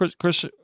Chris